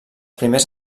primers